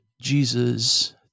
Jesus